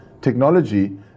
technology